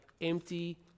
empty